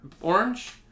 Orange